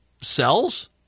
cells